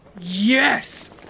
Yes